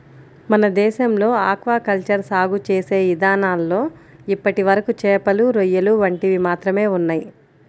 మన దేశంలో aquaculture సాగు చేసే ఇదానాల్లో ఇప్పటివరకు చేపలు, రొయ్యలు వంటివి మాత్రమే ఉన్నయ్